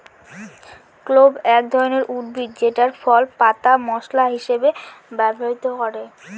clove এক ধরনের উদ্ভিদ যেটার ফুল, পাতা মশলা হিসেবে ব্যবহার করে